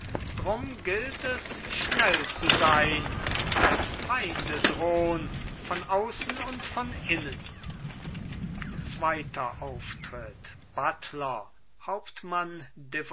drum gilt es schnell zu sein denn feinde drohn von außen und von innen zweiter auftritt buttler hauptmann